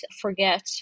forget